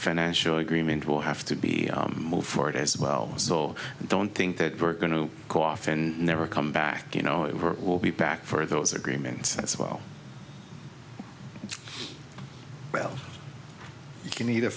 financial agreement will have to be moved forward as well so i don't think that we're going to cough and never come back you know it will be back for those agreements as well well you can e